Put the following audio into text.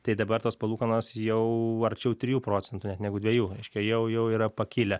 tai dabar tos palūkanos jau arčiau trijų procentų net negu dviejų reiškia jau jau yra pakilę